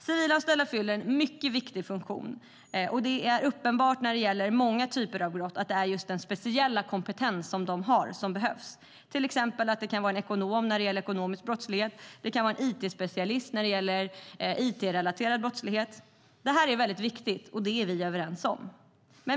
Civilanställda fyller en mycket viktig funktion, och det är uppenbart att när det gäller många typer av brott att det är den speciella kompetens de har som behövs. Det kan till exempel vara fråga om en ekonom när det gäller ekonomisk brottslighet eller en it-specialist när det gäller it-relaterad brottslighet. Det här är viktigt, och det är vi överens om.